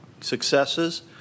successes